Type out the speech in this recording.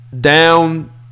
Down